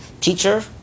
Teacher